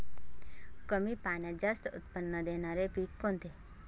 कमी पाण्यात जास्त उत्त्पन्न देणारे पीक कोणते?